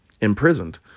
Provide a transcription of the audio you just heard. imprisoned